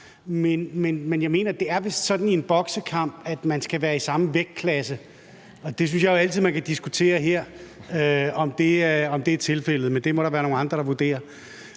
Men jeg mener, det er sådan i en boksekamp, at man skal være i samme vægtklasse. Og jeg synes jo, man altid kan diskutere, om det er tilfældet her. Men det må der være nogle andre der vurderer.